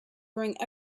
bring